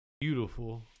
beautiful